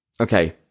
okay